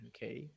Okay